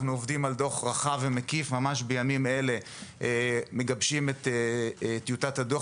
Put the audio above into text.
עובדים על דוח רחב ומקיף ממש בימים אלה אנחנו מגבשים את טויטת הדוח